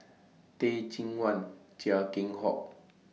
Teh Cheang Wan Chia Keng Hock